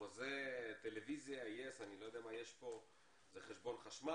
חוזה טלוויזיה, חשבון חשמל.